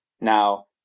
Now